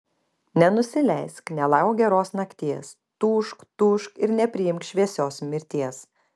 nenusileisk nelauk geros nakties tūžk tūžk ir nepriimk šviesos mirties